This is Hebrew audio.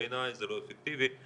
בעיניי זה לא אפקטיבי.